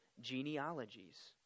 genealogies